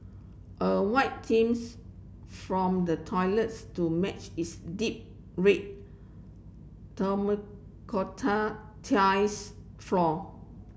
a white themes from the toilets to match its deep red floor